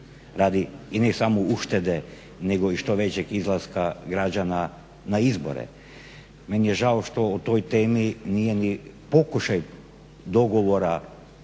radi i ne samo uštede nego i što većeg izlaska građana na izbore. Meni je žao što o toj temi nije ni pokušaj dogovora